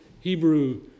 Hebrew